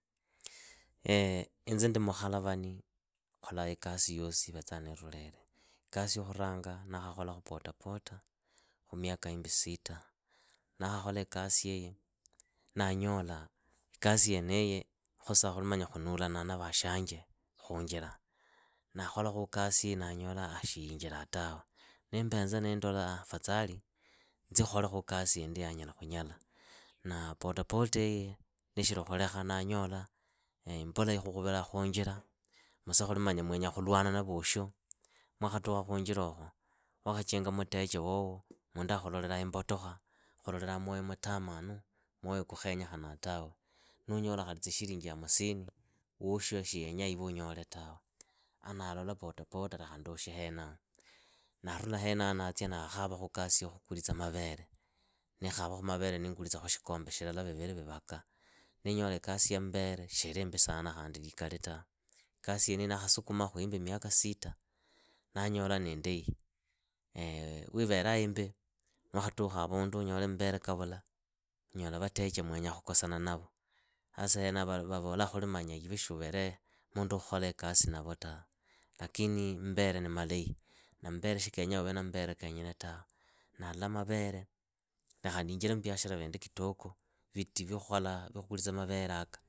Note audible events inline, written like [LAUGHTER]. [HESITATION] inze ndi mukhalavani. khola ikasi yosi ivetsaa niirulile. Ikasi ya khuranga ndakhakolakhu potapota khu myaka himbi sita. Ndaakhakhola ikasiiyi. ndanyola ikasi yeniyi khusaa khuli khunulanaa na vaasanji khunjila. Ndaakholakhu ikasiiyi ndaala [HESITATION] shiyiinjilaa tawe, nimbenza niindola afatsali nzi kholekhu ikasi indi ya nyala khola. Na potapota iyi niishili khulekha ndanyola [HESITATION] imbula ikhukhuvilaa khunjila, muse khuli manya mwenya khulwana na vosho. wakhatukha khunjirokho, wakhakinga mutecha wowo, mundu akhulolelaa imbotokha, akhulolelaa myoyo mutamanu. myoyo kukhenyekhanaa tawe. Nunyola khali shilinji hamusini, woosho shiyenyaa iwe unyole tawe. Andaalola potapota lekha ndukhe awenao. Andarula hawenaho ndatsia ndakhavakhu ikasi ya khukulitsa mavere. Nikhavakhu mavere niingulitsakhu shikombe shilala vivili vivaka. Niinyola ikasi ya mavere shiili imbi sana khandi likali tawe. ikasi yeeniyi ndaakhasukumakhu karipu myaka sita ndaanyola niindahi. [HESITATION] wiivelaa imbi, nuwakhatukha avundu unyole mbele kavula, unyola vatecha mwenyaa khukosana navo. Sasa awenaho vavola iwe shiuvere mundu wa khola ikasi navo tawe. Lakini mbele ni malahi. Na mbele shi kenyaa uve na mbele keenyene tawe, ndaala mavere, lekha ndiinjile mmbwashara vindi kitoko viti vya kholaa. vya khukulitsa mavereaka.